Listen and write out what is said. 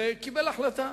וקיבל החלטה.